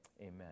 Amen